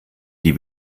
die